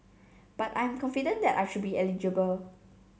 but I'm confident that I should be eligible